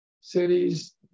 cities